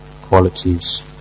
qualities